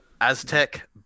Aztec